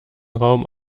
raum